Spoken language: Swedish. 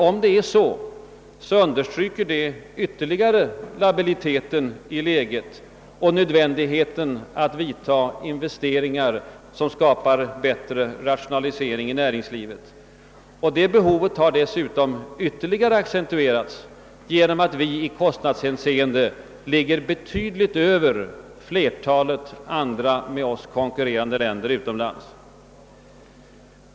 Om så är fallet understryker det ytterligare labiliteten i läget och nödvändigheten av att vidta investeringar som skapar bättre rationalisering i näringslivet. Det behovet har dessutom ytterligare accentuerats genom att vi i kostnadshänseende ligger betydligt över flertalet med oss konkurrerande länder.